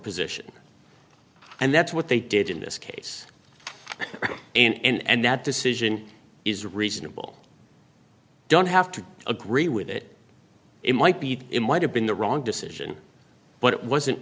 position and that's what they did in this case and that decision is reasonable don't have to agree with it it might be it might have been the wrong decision but it wasn't